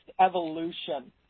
evolution